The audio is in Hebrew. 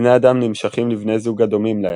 בני אדם נמשכים לבני זוג הדומים להם,